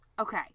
okay